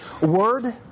Word